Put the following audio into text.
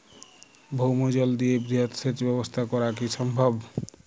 ভৌমজল দিয়ে বৃহৎ সেচ ব্যবস্থা করা কি সম্ভব?